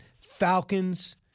Falcons